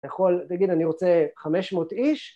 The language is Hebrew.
אתה יכול להגיד אני רוצה חמש מאות איש